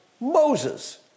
Moses